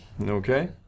Okay